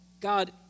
God